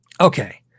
okay